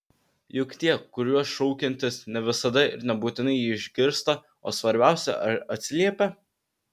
juk tie kuriuos šaukiantis ne visada ir nebūtinai jį išgirstą o svarbiausia ar atsiliepią